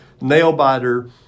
nail-biter